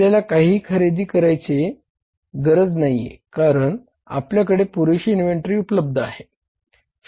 आपल्याला काहीही खरेदी करायची गरज नाही कारण आपल्याकडे पुरेशी इन्व्हेंटरी उपलब्ध आहे